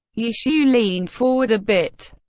ye xiu leaned forward a bit.